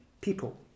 people